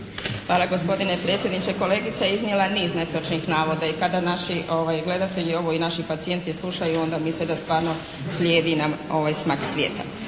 Hvala gospodine predsjedniče. Kolegica je iznijela niz netočnih navoda i kada naši gledatelji ovo i naši pacijenti slušaju onda misle da stvarno slijedi nam smak svijeta.